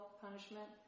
punishment